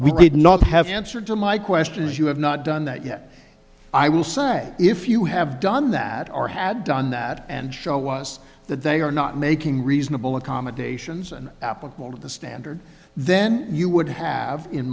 did not have an answer to my questions you have not done that yet i will say if you have done that or had done that and show us that they are not making reasonable accommodations and applicable to the standard then you would have in